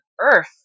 earth